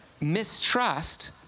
mistrust